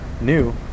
new